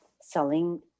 selling